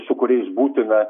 su kuriais būtina